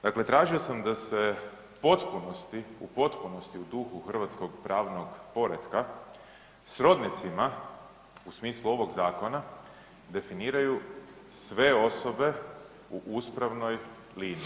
Dakle, tražio sam da se u potpunosti, u potpunosti u duhu hrvatskog pravnog poretka srodnicima, u smislu ovog zakona, definiraju sve osobe u uspravnoj liniji.